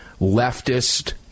leftist